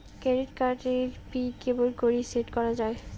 Credit card এর PIN কেমন করি সেট করা য়ায়?